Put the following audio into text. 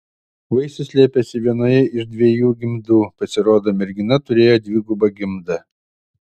vaisius slėpėsi vienoje iš dviejų gimdų pasirodo mergina turėjo dvigubą gimdą